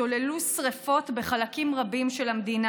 השתוללו שרפות בחלקים רבים של המדינה.